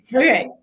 okay